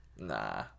Nah